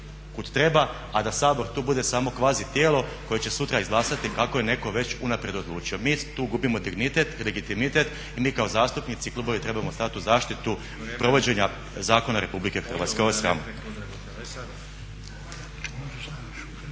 kuda treba a da Sabor tu bude samo kvazi tijelo koje će sutra izglasati kako je netko već unaprijed odlučio. Mi tu gubimo dignitet, legitimitet i mi kao zastupnici, klubovi trebamo stati u zaštitu provođenja zakona Republike Hrvatske. Ovo je